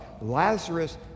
Lazarus